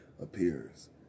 appears